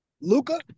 Luca